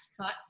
cut